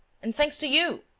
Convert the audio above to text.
and thanks to you.